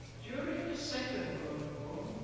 during the second world war,